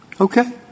Okay